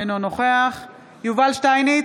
אינו נוכח יובל שטייניץ,